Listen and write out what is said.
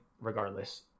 regardless